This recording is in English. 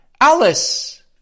Alice